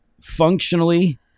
functionally